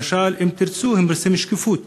למשל, "אם תרצו", הם רוצים שקיפות.